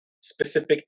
specific